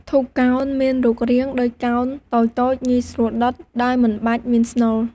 ធូបកោណ មានរូបរាងដូចកោណតូចៗ ងាយស្រួលដុតដោយមិនបាច់មានស្នូល។